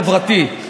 חברתי,